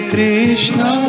Krishna